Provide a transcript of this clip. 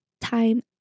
time